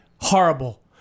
Horrible